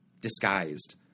disguised